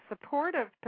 supportive